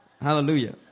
Hallelujah